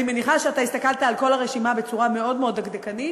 אני מניחה שאתה הסתכלת על כל הרשימה בצורה מאוד מאוד דקדקנית,